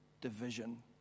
division